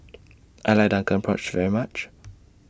I like Drunken Prawns very much